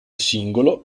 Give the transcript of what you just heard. singolo